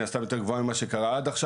הסתם יותר גבוהה ממה שקרה עד עכשיו.